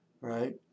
right